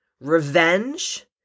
revenge